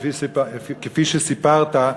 כפי שסיפרת,